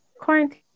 quarantine